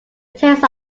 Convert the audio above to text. taste